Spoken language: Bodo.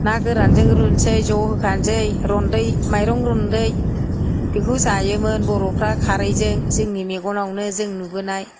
ना गोरानजों रुसै ज' होखासै रन्दै माइरं रन्दै बेखौ जायोमोन बर'फ्रा खारैजों जोंनि मेगनआवनो जों नुबोनाय